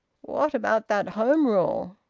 what about that home rule?